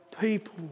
people